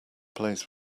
plays